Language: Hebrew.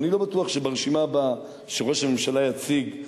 ואני לא בטוח שברשימה הבאה שראש הממשלה יציג,